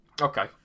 Okay